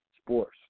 sports